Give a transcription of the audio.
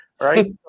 Right